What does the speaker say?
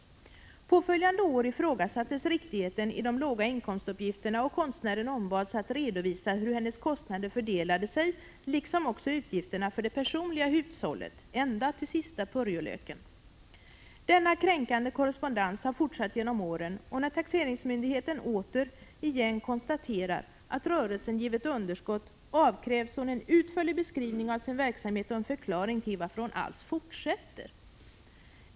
Påföljande år ifrågasattes riktigheten i de låga inkomstuppgifterna, och konstnären ombads att redovisa hur hennes kostnader fördelade sig liksom också utgifterna för det personliga hushållet — ända till sista purjolöken. Denna kränkande korrespondens har fortsatt genom åren, och när taxeringsmyndigheten återigen konstaterar att rörelsen givit underskott, avkrävs hon en utförlig beskrivning av sin verksamhet och en förklaring till att hon alls fortsätter.